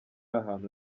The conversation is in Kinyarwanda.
ahantu